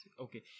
okay